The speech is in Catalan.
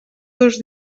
dos